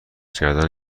کردن